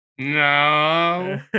No